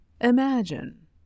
imagine